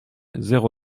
zéro